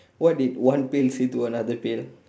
what did one pail say to another pail